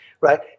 right